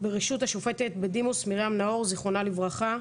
בראשות השופטת בדימוס מרים נאור, זיכרונה לברכה.